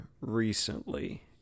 recently